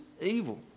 evil